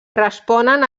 responen